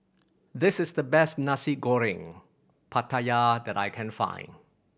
this is the best Nasi Goreng Pattaya that I can find